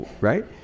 right